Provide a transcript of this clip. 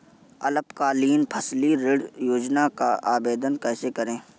अल्पकालीन फसली ऋण योजना का आवेदन कैसे करें?